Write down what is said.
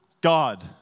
God